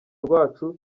rwacu